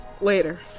Later